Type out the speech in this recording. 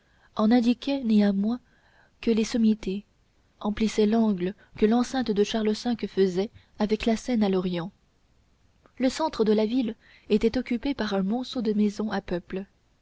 en n'indiquant néanmoins que les sommités emplissait l'angle que l'enceinte de charles v faisait avec la seine à l'orient le centre de la ville était occupé par un monceau de maisons à peuple